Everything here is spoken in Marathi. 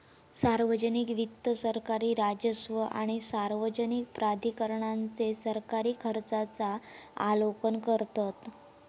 सार्वजनिक वित्त सरकारी राजस्व आणि सार्वजनिक प्राधिकरणांचे सरकारी खर्चांचा आलोकन करतत